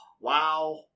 Wow